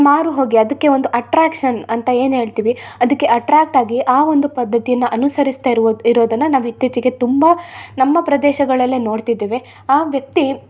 ಮಾರುಹೋಗಿ ಅದಕ್ಕೆ ಒಂದು ಅಟ್ರಾಕ್ಷನ್ ಅಂತ ಏನು ಹೇಳ್ತಿವಿ ಅದಕ್ಕೆ ಅಟ್ರಾಕ್ಟ್ ಆಗಿ ಆ ಒಂದು ಪದ್ಧತಿಯನ್ನ ಅನುಸರಿಸ್ಟಾ ಇರ್ವುದು ಇರೋದನ್ನು ನಾವು ಇತ್ತೀಚೆಗೆ ತುಂಬ ನಮ್ಮ ಪ್ರದೇಶಗಳಲ್ಲೇ ನೋಡ್ತಿದ್ದೇವೆ ಆ ವ್ಯಕ್ತಿ